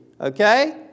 okay